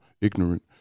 ignorant